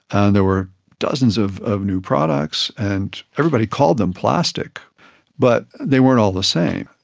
and there were dozens of of new products, and everybody called them plastic but they weren't all the same.